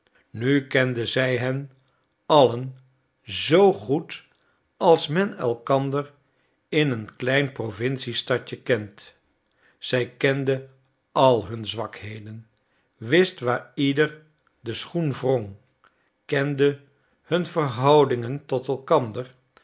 nu kende zij hen allen zoo goed als men elkander in een klein provinciestadje kent zij kende al hun zwakheden wist waar ieder den schoen wrong kende hun verhoudingen tot elkander